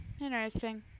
Interesting